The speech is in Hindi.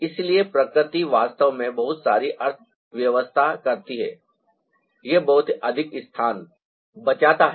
इसलिए प्रकृति वास्तव में बहुत सारी अर्थव्यवस्था करती है यह बहुत अधिक स्थान बचाता है